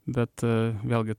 bet vėlgi